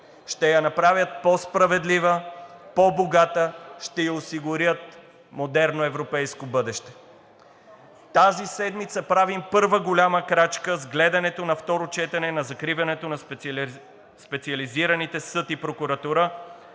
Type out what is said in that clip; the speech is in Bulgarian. ще я направят по-справедлива, по-богата, ще ѝ осигурят модерно европейско бъдеще. Тази седмица правим първа голяма крачка с гледането на второ четене на закриването на специализираните съд и прокуратура,